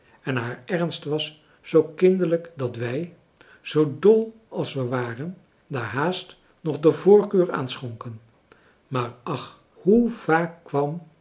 en haar ernst was zoo kinderlijk dat wij zoo dol als we waren daar haast nog de voorkeur aan schonken maar ach hoe vaak